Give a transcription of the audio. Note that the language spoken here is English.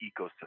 ecosystem